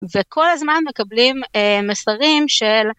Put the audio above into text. וכל הזמן מקבלים מסרים של...